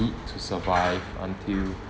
to survive until